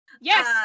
Yes